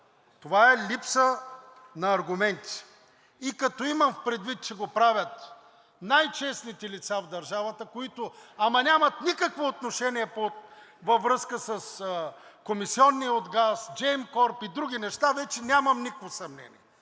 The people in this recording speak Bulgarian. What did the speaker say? Това е липса на аргументи. И като имам предвид, че го правят най честните лица в държавата, които, ама нямат никакво отношение във връзка с комисиони от газ, Gemcorp и други неща, вече нямам никакво съмнение